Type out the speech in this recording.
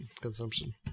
consumption